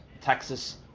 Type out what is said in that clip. Texas